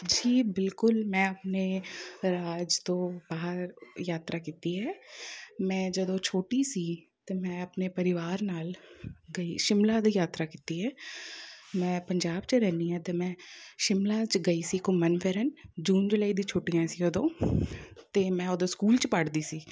ਜੀ ਬਿਲਕੁਲ ਮੈਂ ਆਪਣੇ ਰਾਜ ਤੋਂ ਬਾਹਰ ਯਾਤਰਾ ਕੀਤੀ ਹੈ ਮੈਂ ਜਦੋਂ ਛੋਟੀ ਸੀ ਤਾਂ ਮੈਂ ਆਪਣੇ ਪਰਿਵਾਰ ਨਾਲ ਗਈ ਸ਼ਿਮਲਾ ਦੀ ਯਾਤਰਾ ਕੀਤੀ ਹੈ ਮੈਂ ਪੰਜਾਬ 'ਚ ਰਹਿੰਦੀ ਹਾਂ ਅਤੇ ਮੈਂ ਸ਼ਿਮਲਾ 'ਚ ਗਈ ਸੀ ਘੁੰਮਣ ਫਿਰਨ ਜੂਨ ਜੁਲਾਈ ਦੀ ਛੁੱਟੀਆਂ ਸੀ ਉਦੋਂ ਅਤੇ ਮੈਂ ਉਦੋਂ ਸਕੂਲ 'ਚ ਪੜ੍ਹਦੀ ਸੀ